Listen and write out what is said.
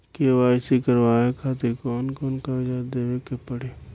KYC करवावे खातिर कौन कौन कागजात देवे के पड़ी?